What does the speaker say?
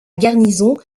garnison